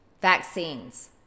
vaccines